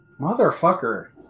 Motherfucker